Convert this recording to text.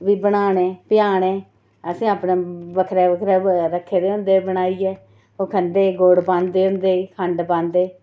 फ्ही बनाने पिहाने असें अपना बक्खरा बक्खरा रक्खे दे होंदे बनाइयै ओह् खंदे गुड़ पांदे होंदे खंड पांदे